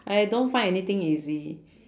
I don't find anything easy